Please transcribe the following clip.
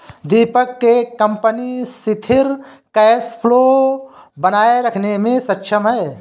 दीपक के कंपनी सिथिर cash flow बनाए रखने मे सक्षम है